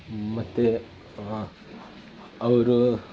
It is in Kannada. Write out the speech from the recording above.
ಮತ್ತು ಅವರು